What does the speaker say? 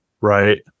Right